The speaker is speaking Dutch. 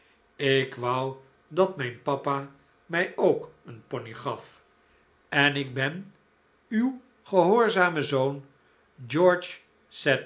ik wou dat mijn papa mij ook een pony gaf en ik ben uw gehoorzame zoon